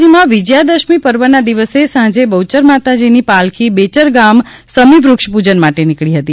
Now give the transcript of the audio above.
શક્તિધામ બહ્યરાજીમાં વિજયાદશમી પર્વના દિવસે સાંજે બહ્યર માતાજીની પાલખી બેચર ગામ સમીવૃક્ષ પૂજન માટે નીકળી હતી